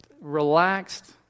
relaxed